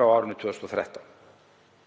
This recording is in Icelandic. frá árinu 2013.